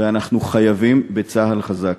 ואנחנו חייבים צה"ל חזק.